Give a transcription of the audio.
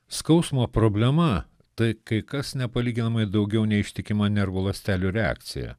skausmo problema tai kai kas nepalyginamai daugiau nei ištikima nervų ląstelių reakcija